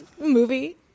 movie